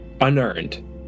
Unearned